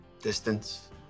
distance